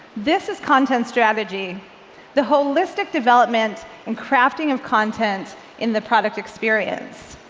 this is content strategy the holistic development and crafting of content in the product experience.